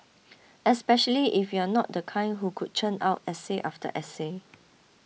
especially if you're not the kind who could churn out essay after essay